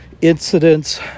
incidents